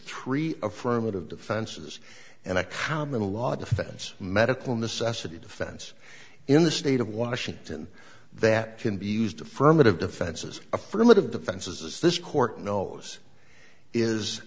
three affirmative defenses and a common law defense medical necessity defense in the state of washington that can be used affirmative defenses affirmative defenses this court knows is